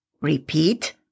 Repeat